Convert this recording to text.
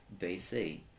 BC